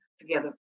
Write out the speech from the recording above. together